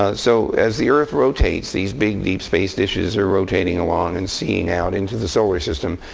ah so as the earth rotates, these big deep space dishes are rotating along and seeing out into the solar system,